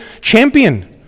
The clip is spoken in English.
champion